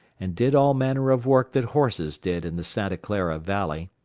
and did all manner of work that horses did in the santa clara valley.